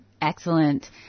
Excellent